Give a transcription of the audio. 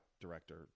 director